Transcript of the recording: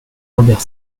robert